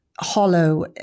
hollow